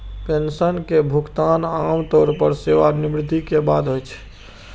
pension के भुगतान आम तौर पर सेवानिवृत्ति के बाद होइ छै